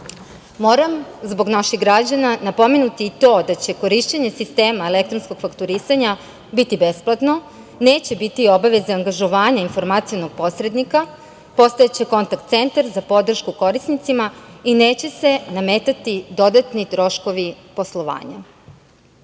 zbog naših građana, napomenuti i to da će korišćenje sistema elektronskog fakturisanja biti besplatno, neće biti obaveze angažovanja informacionog posrednika. Postojaće kontakt centar za podršku korisnicima i neće se nametati dodatni troškovi poslovanja. Veliki